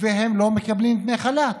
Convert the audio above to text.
והם לא מקבלים דמי חל"ת,